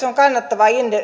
on kannattava